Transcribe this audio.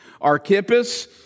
Archippus